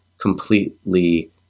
completely